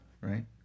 right